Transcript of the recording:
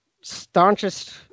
staunchest